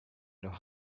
noch